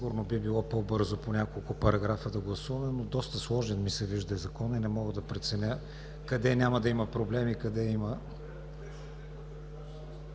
Сигурно би било по-бързо по няколко параграфа да гласуваме, но доста сложен ми се вижда Законът и не мога да преценя къде няма да има проблеми, къде – има.